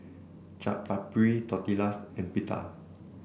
Chaat Papri Tortillas and Pita